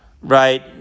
right